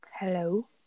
Hello